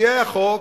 מציעי החוק,